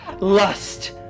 lust